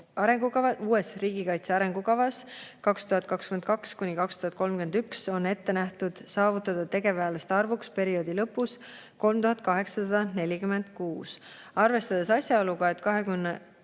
Uues riigikaitse arengukavas 2022–2031 on ette nähtud saavutada tegevväelaste arvuks perioodi lõpus 3846. Arvestades asjaolu, et